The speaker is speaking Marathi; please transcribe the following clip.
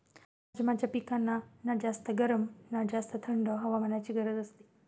राजमाच्या पिकाला ना जास्त गरम ना जास्त थंड हवामानाची गरज असते